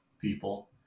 people